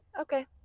Okay